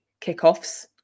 kickoffs